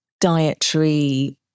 dietary